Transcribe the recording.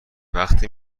وقتی